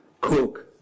cook